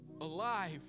alive